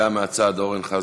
הבעת דעה מהצד, אורן חזן.